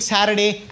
Saturday